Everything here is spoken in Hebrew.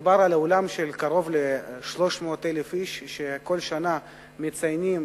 מדובר על קרוב ל-300,000 איש שכל שנה מציינים